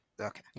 Okay